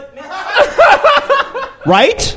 Right